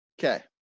Okay